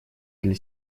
для